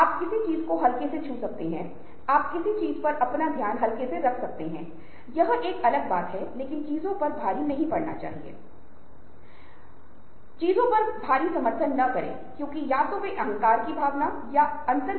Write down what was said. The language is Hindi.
उदाहरण के लिए कोई यह कह सकता है कि आप प्रभावशाली हैं क्योंकि उसके बहुत सारे दोस्त हैं जबकि p बहुत प्रभावशाली नहीं है क्योंकि वह केवल एक व्यक्ति को प्रभावित कर सकता है